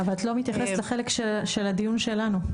אבל את לא מתייחסת לחלק של הדיון שלנו.